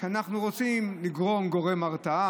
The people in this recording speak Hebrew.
כשאנחנו רוצים שיהיה גורם הרתעה,